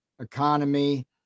economy